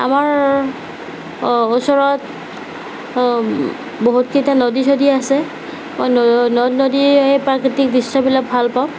আমাৰ ওচৰত বহুতকেইটা নদী চদী আছে নদ নদী প্ৰাকৃতিক দৃ্শ্য়বিলাক ভাল পাওঁ